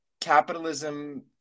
capitalism